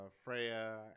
freya